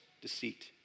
deceit